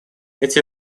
эти